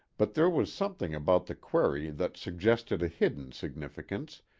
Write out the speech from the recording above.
but there was something about the query that suggested a hidden significance,